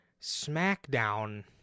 SmackDown